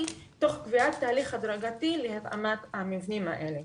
תוך קביעת תהליך הדרגתי להתאמת המבנים האלה.